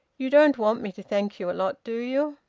you don't want me to thank you a lot, do you?